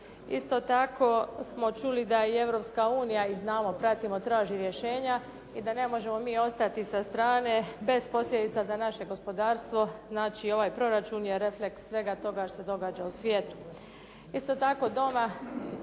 Isto tako smo čuli da i Europska unija i znamo, pratimo traži rješenja i da ne možemo mi ostati sa strane bez posljedica za naše gospodarstvo. Znači ovaj proračun je refleks svega toga što se događa u svijetu. Isto tako